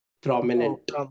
prominent